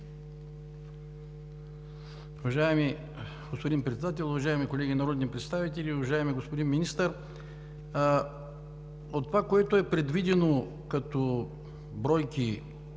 Уважаеми господин Председател, уважаеми колеги народни представители! Уважаеми господин Министър, от това, което е предвидено като бройки